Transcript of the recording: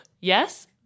Yes